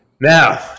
now